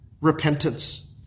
Repentance